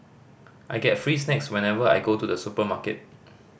I get free snacks whenever I go to the supermarket